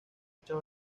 muchas